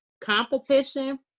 competition